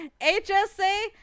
HSA